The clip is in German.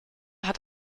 hat